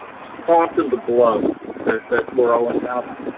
soften the blow that that we're all encountering.